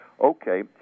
okay